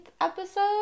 episode